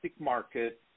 market